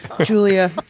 julia